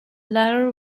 latter